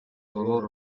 valor